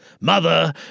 Mother